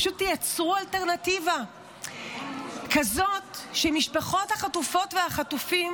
פשוט תיצרו אלטרנטיבה כזאת שמשפחות החטופות והחטופים,